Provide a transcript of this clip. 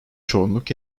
çoğunluk